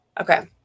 Okay